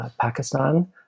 Pakistan